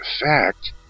fact